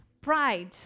pride